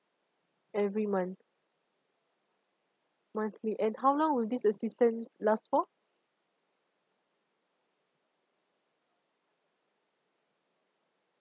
every month monthly and how long will this assistance last for